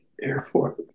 airport